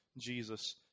Jesus